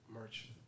merch